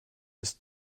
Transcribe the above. ist